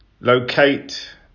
locate